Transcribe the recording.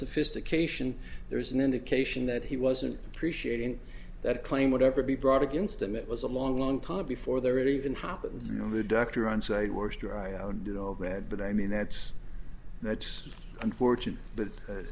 sophistication there's an indication that he wasn't appreciating that claim whatever be brought against him it was a long long time before they're even happened you know the doctor on site works dry out and did all that but i mean that's that's unfortunate but